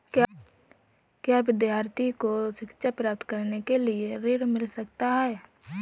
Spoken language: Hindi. क्या विद्यार्थी को शिक्षा प्राप्त करने के लिए ऋण मिल सकता है?